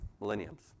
millenniums